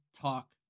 talk